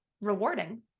rewarding